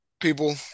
people